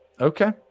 Okay